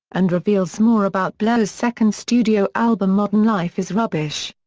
and reveals more about blur's second studio album modern life is rubbish.